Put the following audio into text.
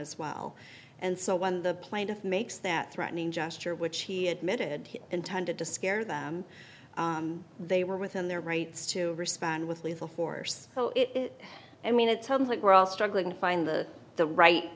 as well and so when the plaintiff makes that threatening gesture which he admitted he intended to scare them they were within their rights to respond with lethal force it i mean it sounds like we're all struggling to find the the right